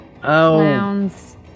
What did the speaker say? clowns